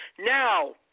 Now